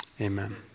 Amen